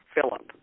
Philip